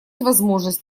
возможность